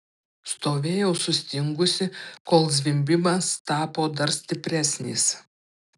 stovėjau sustingusi kol zvimbimas tapo dar stipresnis